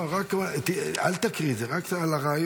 אל תקריא את זה, רק על הרעיון.